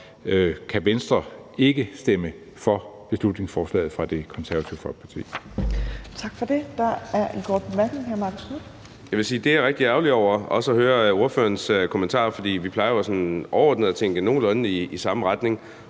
kan Venstre ikke stemme for beslutningsforslaget fra Det Konservative Folkeparti.